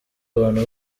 abantu